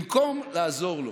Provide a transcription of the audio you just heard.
במקום לעזור לו,